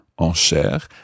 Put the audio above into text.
enchères